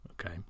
Okay